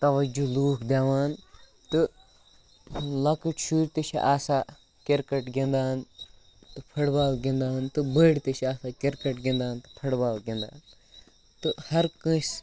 تَوجوٗ لوٗکھ دِوان تہٕ لۄکٕٹۍ شُرۍ تہِ چھِ آسان کِرکَٹ گِنٛدان تہٕ فُٹ بال گِنٛدان تہٕ بٔڑۍ تہِ چھِ آسان کِرکَٹ گِنٛدان تہٕ فُٹ بال گِنٛدان تہٕ ہَر کٲنٛسہِ